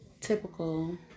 typical